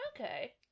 Okay